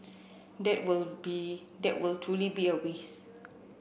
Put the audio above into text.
that will be that will truly be a waste